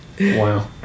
wow